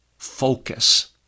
focus